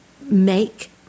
make